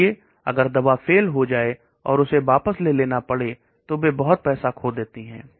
इसलिए अगर दवा फेल हो जाए और उसे वापस ले लेना पड़े तो वह बहुत पैसा बरबाद कर देती है